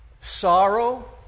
sorrow